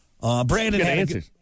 Brandon